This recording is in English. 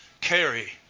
carry